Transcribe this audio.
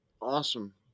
Awesome